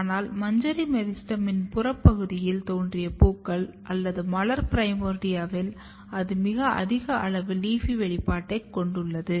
ஆனால் மஞ்சரி மெரிஸ்டெமின் புறப் பகுதியில் தோன்றிய பூக்கள் அல்லது மலர் பிரைமோர்டியாவில் அது மிக அதிக அளவு LEAFY வெளிப்பாட்டைக் கொண்டுள்ளது